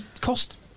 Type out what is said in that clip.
cost